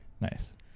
Nice